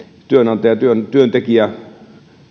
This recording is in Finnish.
työnantaja työntekijä